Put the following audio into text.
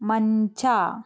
ಮಂಚ